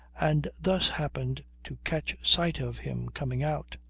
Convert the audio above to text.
and thus happened to catch sight of him coming out.